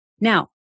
Now